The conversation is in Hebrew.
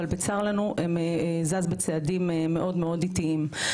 אבל בצר לנו הם זז בצעדים מאוד מאוד איטיים.